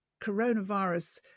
coronavirus